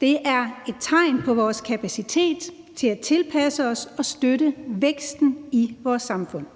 det er et tegn på vores kapacitet til at tilpasse os og støtte væksten i vores samfund.